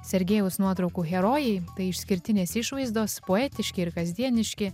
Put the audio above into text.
sergejaus nuotraukų herojai tai išskirtinės išvaizdos poetiški ir kasdieniški